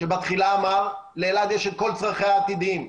שבתחילה אמר, לאלעד יש את כל צרכיה העתידיים.